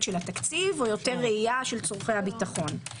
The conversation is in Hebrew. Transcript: של התקציב או יותר ראייה של צורכי הביטחון.